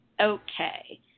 Okay